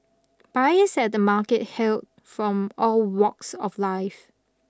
buyers at the market hailed from all walks of life